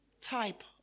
type